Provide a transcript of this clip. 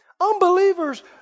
Unbelievers